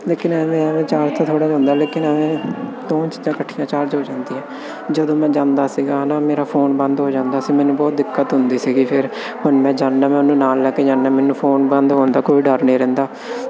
ਲੇਕਿਨ ਐਵੇਂ ਐਵੇਂ ਚਾਰਜ ਇੱਥੋਂ ਥੋੜ੍ਹਾ ਜਿਹਾ ਹੁੰਦਾ ਲੇਕਿਨ ਐਵੇਂ ਦੋਵੇਂ ਚੀਜ਼ਾਂ ਇਕੱਠੀਆਂ ਚਾਰਜ ਹੋ ਜਾਂਦੀਆਂ ਜਦੋਂ ਮੈਂ ਜਾਂਦਾ ਸੀਗਾ ਨਾ ਮੇਰਾ ਫੋਨ ਬੰਦ ਹੋ ਜਾਂਦਾ ਸੀ ਮੈਨੂੰ ਬਹੁਤ ਦਿੱਕਤ ਹੁੰਦੀ ਸੀਗੀ ਫਿਰ ਹੁਣ ਮੈਂ ਜਾਦਾ ਮੈਂ ਉਹਨੂੰ ਨਾਲ ਲੈ ਕੇ ਜਾਂਦਾ ਮੈਨੂੰ ਫੋਨ ਬੰਦ ਹੋਣ ਦਾ ਕੋਈ ਡਰ ਨਹੀਂ ਰਹਿੰਦਾ